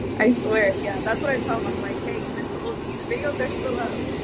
i swear, yeah, that's what i tell them. i'm like, hey, you miss the old me, the videos? they're still up.